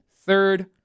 third